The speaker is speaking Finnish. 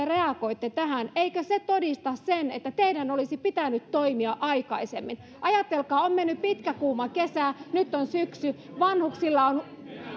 reagoitte tähän eikö se todista sen että teidän olisi pitänyt toimia aikaisemmin ajatelkaa on mennyt pitkä kuuma kesä nyt on syksy vanhuksilla on